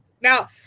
Now